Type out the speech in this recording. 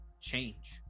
change